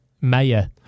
mayor